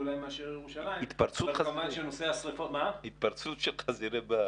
מאשר ירושלים -- התפרצות של חזירי בר.